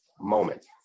moment